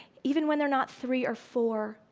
even when they're not three or four,